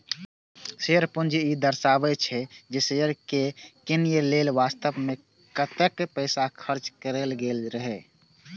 share पूंजी ई दर्शाबै छै, जे शेयर कें कीनय लेल वास्तव मे कतेक पैसा खर्च कैल गेल रहै